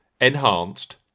enhanced